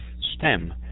STEM